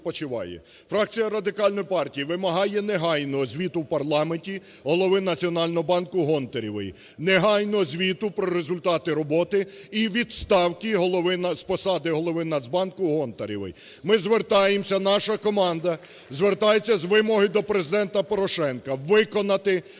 Фракція Радикальної партії вимагає негайного звіту в парламенті голови Національного банкуГонтаревої. Негайного звіту про результати роботи і відставки з посади голови Нацбанку Гонтаревої. Ми звертаємось, наша команда звертається з вимогою до Президента Порошенка виконати